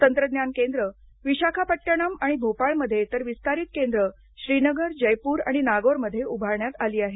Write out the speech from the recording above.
तंत्रज्ञान केंद्र विशाखापट्टणम आणि भोपाळमध्ये तर विस्तारित केंद्र श्रीनगर जयपूर आणि नागोरमध्ये उभारण्यात आलं आहे